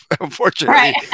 unfortunately